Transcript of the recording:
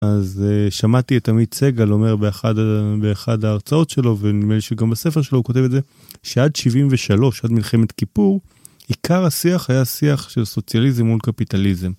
אז שמעתי את עמית סגל אומר באחד ההרצאות שלו, ונדמה לי שגם בספר שלו הוא כותב את זה, שעד 73', עד מלחמת כיפור, עיקר השיח היה שיח של סוציאליזם מול קפיטליזם.